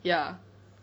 ya